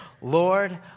Lord